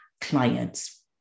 clients